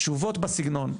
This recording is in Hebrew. תשובות בסגנון של: